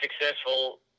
successful